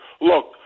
look